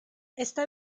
esta